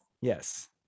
Yes